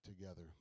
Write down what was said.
together